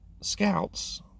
scouts